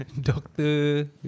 Doctor